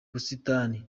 busitani